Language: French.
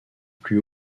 plus